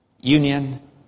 union